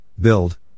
build